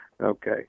Okay